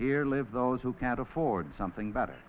here live those who can't afford something better